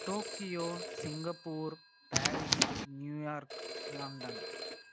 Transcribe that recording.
Tokyo Singapore Paris New York London